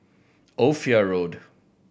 Ophir Road